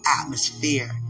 atmosphere